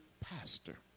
pastor